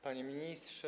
Panie Ministrze!